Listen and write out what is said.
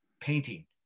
painting